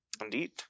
Indeed